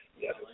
Yes